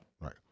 Right